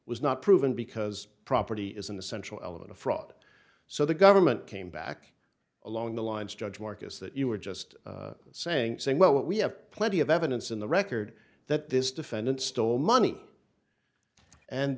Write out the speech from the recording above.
was not proven because property is an essential element of fraud so the government came back along the lines judge marcus that you were just saying saying well what we have plenty of evidence in the record that this defendant stole money and